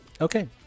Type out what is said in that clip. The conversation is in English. Okay